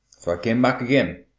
i came back again.